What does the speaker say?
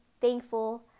thankful